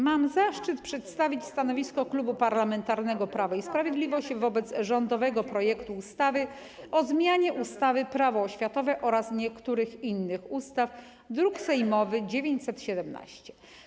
Mam zaszczyt przedstawić stanowisko Klubu Parlamentarnego Prawo i Sprawiedliwość wobec rządowego projektu ustawy o zmianie ustawy - Prawo oświatowe oraz niektórych innych ustaw, druk sejmowy nr 917.